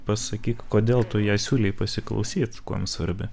pasakyk kodėl tu ją siūlei pasiklausyt kuom svarbi